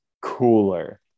cooler